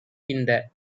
இந்த